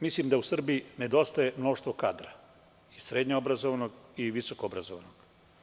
Mislim da u Srbiji nedostaje mnoštvo kadra, i srednje obrazovanog i visoko obrazovanog.